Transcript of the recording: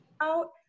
out